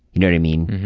you know what i mean?